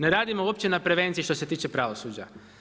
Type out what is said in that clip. Ne radimo uopće na prevenciji što se tiče pravosuđa.